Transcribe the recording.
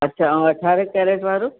अच्छा ऐं अरिडंहें कैरेट वारो